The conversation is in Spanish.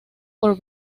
por